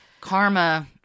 Karma